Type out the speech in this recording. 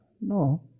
No